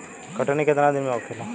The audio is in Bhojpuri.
कटनी केतना दिन में होखेला?